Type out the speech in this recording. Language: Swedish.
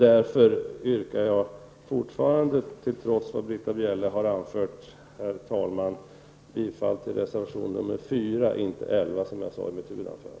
Därför yrkar jag fortfarande, trots vad Britta Bjelle har anfört, herr talman, bifall till reservation 4 — inte reservation 11 som jag sade i mitt huvudanförande.